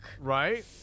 Right